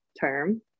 term